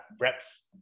reps